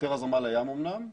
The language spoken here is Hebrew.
בהיתר הזרמה לים אמנם,